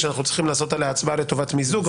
שאנחנו צריכים לעשות עליה הצבעה לטובת מיזוג,